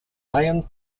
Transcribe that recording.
lyon